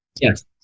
Yes